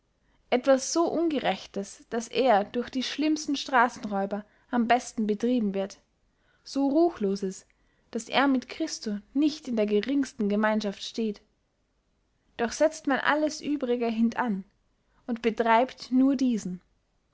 etwas so ungerechtes daß er durch die schlimmsten straßenräuber am besten betrieben wird so ruchloses daß er mit christo nicht in der geringsten gemeinschaft steht doch setzt man alles übrige hindan und betreibt nur diesen